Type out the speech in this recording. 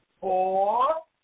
four